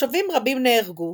תושבים רבים נהרגו,